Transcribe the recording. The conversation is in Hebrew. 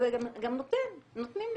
גם נותן, נותנים לפעמים.